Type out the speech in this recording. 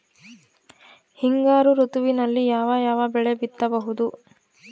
ಹಿಂಗಾರು ಋತುವಿನಲ್ಲಿ ಯಾವ ಯಾವ ಬೆಳೆ ಬಿತ್ತಬಹುದು?